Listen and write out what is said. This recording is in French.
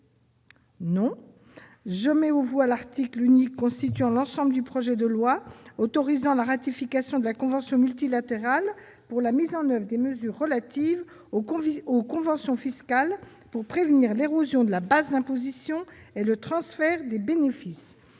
la commission, l'article unique constituant l'ensemble du projet de loi autorisant la ratification de la convention multilatérale pour la mise en oeuvre des mesures relatives aux conventions fiscales pour prévenir l'érosion de la base d'imposition et le transfert de bénéfices.